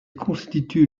constituent